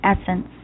essence